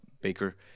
Baker